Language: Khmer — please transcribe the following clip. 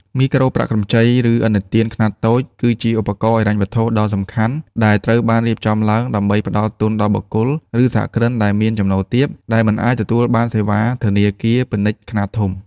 មីក្រូប្រាក់កម្ចី ឬឥណទានខ្នាតតូច គឺជាឧបករណ៍ហិរញ្ញវត្ថុដ៏សំខាន់ដែលត្រូវបានរៀបចំឡើងដើម្បីផ្ដល់ទុនដល់បុគ្គល ឬសហគ្រិនដែលមានចំណូលទាប ដែលមិនអាចទទួលបានសេវាធនាគារពាណិជ្ជខ្នាតធំ។